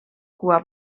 cua